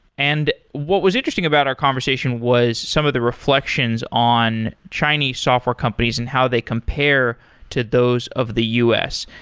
and what was interesting about our conversation was some of the reflections on chinese software companies and how they compare to those of the u s.